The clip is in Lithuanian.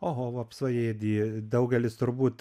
oho vapsvaėdį daugelis turbūt